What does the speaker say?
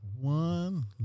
One